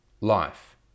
life